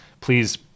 Please